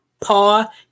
Paul